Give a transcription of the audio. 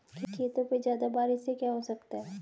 खेतों पे ज्यादा बारिश से क्या हो सकता है?